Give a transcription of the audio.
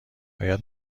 باید